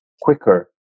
quicker